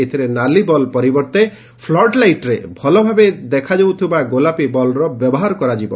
ଏଥିରେ ନାଲି ବଲ୍ ପରିବର୍ତ୍ତେ ଫ୍ଲଡ୍ ଲାଇଟ୍ରେ ଭଲଭାବେ ଦେଖା ଯାଉଥିବା ଗୋଲାପୀ ବଲ୍ର ବ୍ୟବହାର କରାଯିବ